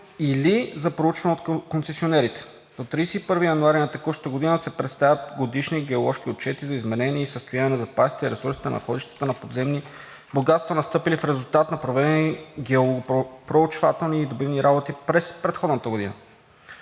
или за проучване от концесионерите. До 31 януари на текущата година се представят годишни геоложки отчети за изменение и състояние на запасите и ресурсите находищата на подземни богатства, настъпили в резултат на проведени геопроучвателни и добивани работи през предходната година.